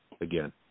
again